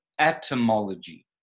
atomology